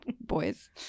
boys